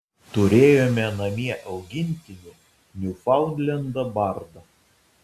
turėjome namie augintinį niufaundlendą bardą